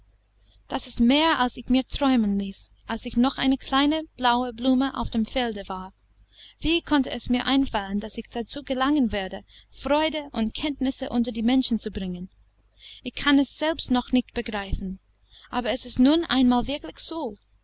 das ist mehr als ich mir träumen ließ als ich noch eine kleine blaue blume auf dem felde war wie konnte es mir einfallen daß ich dazu gelangen werde freude und kenntnisse unter die menschen zu bringen ich kann es selbst noch nicht begreifen aber es ist nun einmal wirklich so